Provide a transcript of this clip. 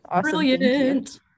Brilliant